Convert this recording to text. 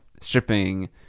stripping